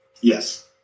Yes